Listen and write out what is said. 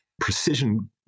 precision